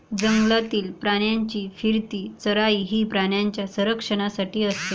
जंगलातील प्राण्यांची फिरती चराई ही प्राण्यांच्या संरक्षणासाठी असते